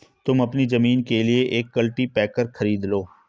तुम अपनी जमीन के लिए एक कल्टीपैकर खरीद लो